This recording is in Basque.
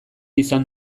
izan